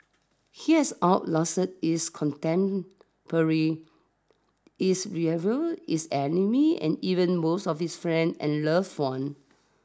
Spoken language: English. he has out lasted his contemporary his rivals his enemies and even most of his friends and loved ones